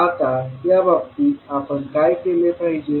आता या बाबतीत आपण काय केले पाहिजे